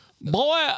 Boy